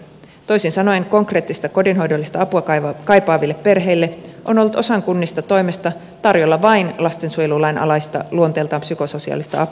toisin sanoen konkreettista kodinhoidollista apua kaipaaville perheille on ollut osan kunnista toimesta tarjolla vain lastensuojelulain alaista luonteeltaan psykososiaalista apua